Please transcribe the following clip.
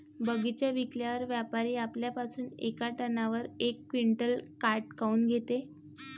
बगीचा विकल्यावर व्यापारी आपल्या पासुन येका टनावर यक क्विंटल काट काऊन घेते?